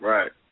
Right